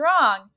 wrong